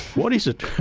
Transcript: what is it?